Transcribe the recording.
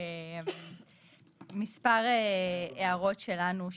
מספר הערות שלנו שלהבנתנו,